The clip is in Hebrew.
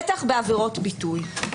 בטח בעבירות ביטוי.